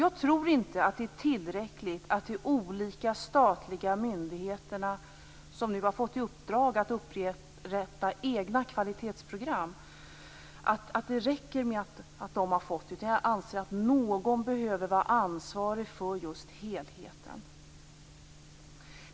Jag tror inte att det är tillräckligt att olika statliga myndigheter nu har fått i uppdrag att upprätta egna kvalitetsprogram, utan jag anser att någon behöver vara ansvarig för helheten.